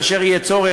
כאשר יהיה צורך,